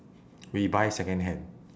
we buy secondhand